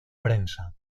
prensa